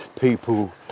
people